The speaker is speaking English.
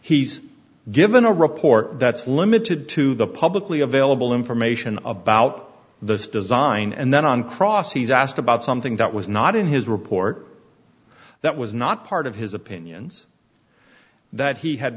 he's given a report that's limited to the publicly available information about the design and then on cross he's asked about something that was not in his report that was not part of his opinions that he had